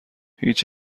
هیچ